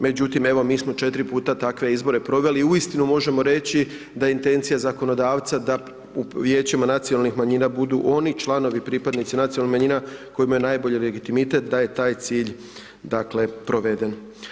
Međutim, evo mi smo 4 puta takve izbore proveli i uistinu možemo reći da je intencija zakonodavca da u vijećima nacionalnih manjina budu oni članovi, pripadnici nacionalnih manjina koji imaju najbolji legitimitet da je taj cilj dakle proveden.